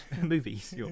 movies